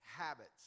habits